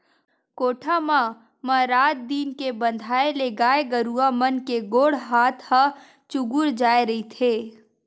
कोठा म म रात दिन के बंधाए ले गाय गरुवा मन के गोड़ हात ह चूगूर जाय रहिथे